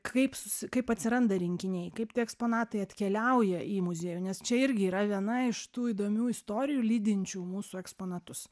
kaip susi kaip atsiranda rinkiniai kaip tie eksponatai atkeliauja į muziejų nes čia irgi yra viena iš tų įdomių istorijų lydinčių mūsų eksponatus